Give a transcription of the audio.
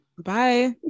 bye